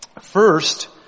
First